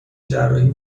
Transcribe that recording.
جراحی